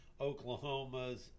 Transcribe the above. Oklahoma's